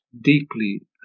deeply